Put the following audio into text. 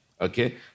okay